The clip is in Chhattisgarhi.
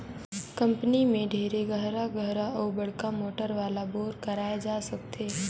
कंपनी में ढेरे गहरा गहरा अउ बड़का मोटर वाला बोर कराए जा सकथे